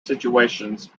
situations